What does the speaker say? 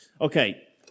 Okay